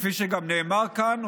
כפי שגם נאמר כאן,